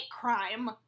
crime